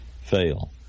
fail